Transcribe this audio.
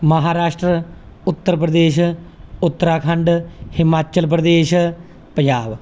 Maharashtra Uttar Pradesh Uttarakhand Himachal Pradesh Punjab